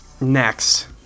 Next